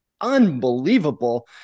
unbelievable